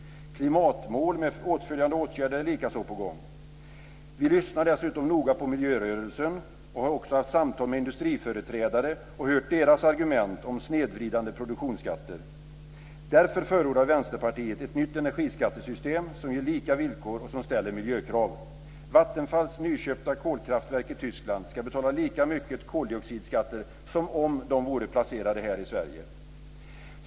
Klimatmål med åtföljande åtgärder är likaså på gång. Vi lyssnar dessutom noga på miljörörelsen och har också haft samtal med industriföreträdare och hört deras argument om snedvridande produktionsskatter. Därför förordar Vänsterpartiet ett nytt energiskattesystem som ger lika villkor och som ställer miljökrav. Vattenfalls nyinköpta kolkraftverk i Tyskland ska betala lika mycket koldioxidskatter som om de vore placerade här i Sverige.